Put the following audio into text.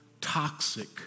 toxic